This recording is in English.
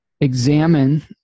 examine